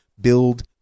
Build